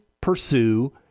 pursue